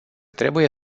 trebuie